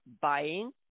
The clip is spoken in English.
buying